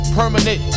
permanent